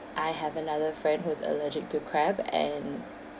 I have another friend who's allergic to crab and